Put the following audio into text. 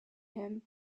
him